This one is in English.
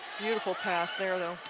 beautiful pass there though.